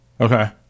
Okay